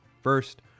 First